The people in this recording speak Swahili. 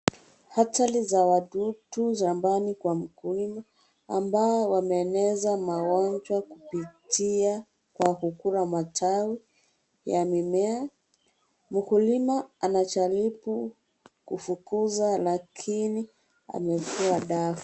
Hatari za wadudu shambani kwa mkulima ambaye wameeneza magonjwa kupitia kwa kukula majani ya mimea. Mkulima anajaribu kufukuza lakini amefua dafu.